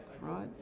right